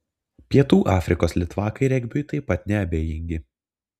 pietų afrikos litvakai regbiui taip pat neabejingi